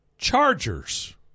Chargers